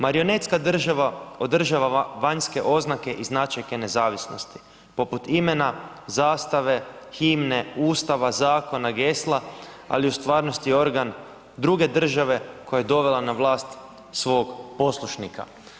Marionetska država održava vanjske oznake i značajke nezavisnosti, poput imena, zastave, himne, Ustava, zakona, gesla, ali je u stvarnosti organ druge države koja je dovela na vlast svog poslušnika.